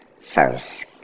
first